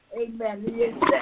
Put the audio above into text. Amen